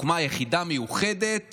הוקמה יחידה מיוחדת